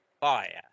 Fire